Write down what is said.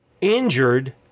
injured